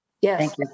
Yes